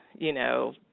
you know,